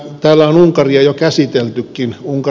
täällä on unkaria jo käsiteltykin